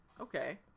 okay